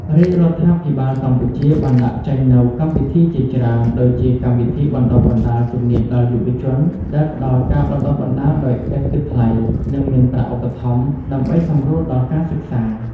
រាជរដ្ឋាភិបាលកម្ពុជាបានដាក់ចេញនូវកម្មវិធីជាច្រើន ដូចជាកម្មវិធីបណ្តុះបណ្តាលជំនាញដល់យុវជន ដែលផ្តល់ការបណ្តុះបណ្តាលដោយឥតគិតថ្លៃ និងមានប្រាក់ឧបត្ថម្ភ ដើម្បីសម្រួលដល់ការសិក្សា។